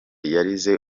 yarize